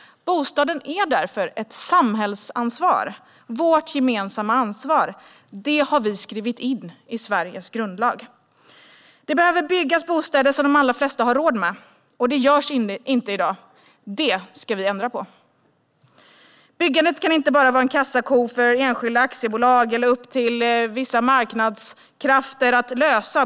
Bostaden är därför ett samhällsansvar - vårt gemensamma ansvar. Det har vi skrivit in i Sveriges grundlag. Det behöver byggas bostäder som de allra flesta har råd med. Det görs inte i dag. Det ska vi ändra på. Byggandet kan inte bara vara en kassako för enskilda aktiebolag eller upp till vissa marknadskrafter att lösa.